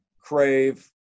crave